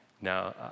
Now